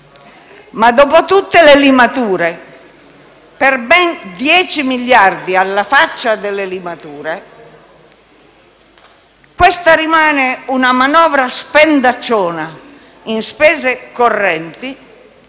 Ma, dopo tutte le limature per ben 10 miliardi - alla faccia delle limature - questa rimane una manovra spendacciona in spese correnti,